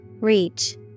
Reach